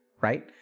right